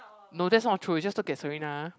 no that's not true you just look at Serena